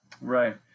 Right